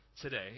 today